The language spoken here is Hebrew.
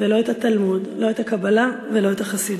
ולא את התלמוד, לא את הקבלה ולא את החסידות.